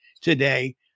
today